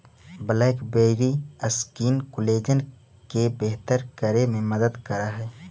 blackberry skin collagen के बेहतर करे में मदद करऽ हई